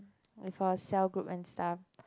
with her cell group and stuff